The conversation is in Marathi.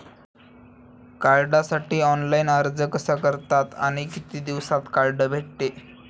कार्डसाठी ऑनलाइन अर्ज कसा करतात आणि किती दिवसांत कार्ड भेटते?